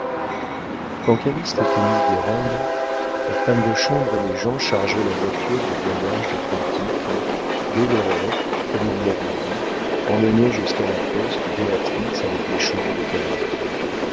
atteignit guérande la femme de chambre et les gens chargeaient la voiture de voyage de conti qui dès l'aurore comme il l'avait dit emmenait jusqu'à la poste béatrix avec les chevaux de camille